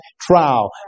trial